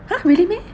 !huh! really meh